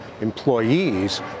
employees